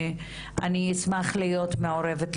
אני אשמח להיות מעורבת,